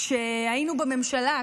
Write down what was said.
כשהיינו בממשלה,